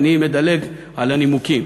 אני מדלג על הנימוקים.